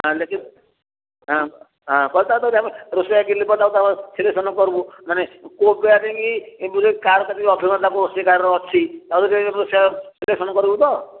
ରୋଷେଇ ସିଲେକ୍ସନ କରିବୁ ତ